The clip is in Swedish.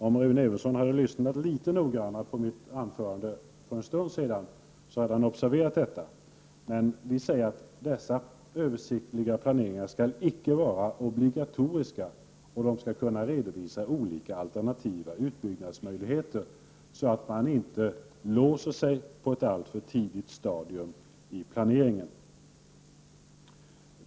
Om Rune Evensson hade lyssnat litet noggrannare på mitt anförande för en stund sedan hade han observerat detta. Vi säger att dessa översiktliga planeringar icke skall vara obligatoriska, och de skall kunna redovisa olika alternativa utbyggnadsmöjligheter så att man inte låser sig på ett alltför tidigt stadium i planeringen.